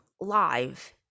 live